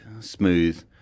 Smooth